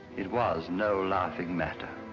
it was no laughing matter.